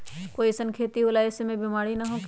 कोई अईसन खेती होला की वो में ई सब बीमारी न होखे?